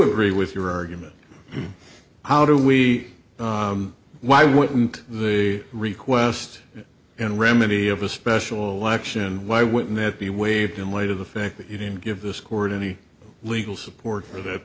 agree with your argument how do we why wouldn't a request and remedy of a special election and why wouldn't it be waived in light of the fact that you didn't give this court any legal support for that